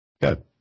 Good